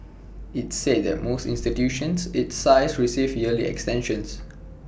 IT said that most institutions its size receive yearly extensions